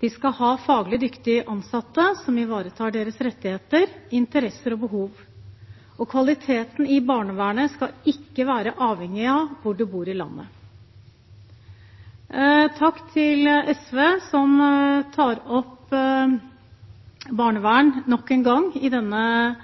De skal ha faglig dyktige ansatte som ivaretar deres rettigheter, interesser og behov, og kvaliteten i barnevernet skal ikke være avhengig av hvor i landet man bor. Takk til SV, som tar opp barnevern